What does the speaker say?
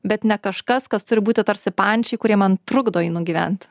bet ne kažkas kas turi būti tarsi pančiai kurie man trukdo jį nugyventi